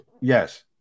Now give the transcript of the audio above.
yes